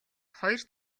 хоёр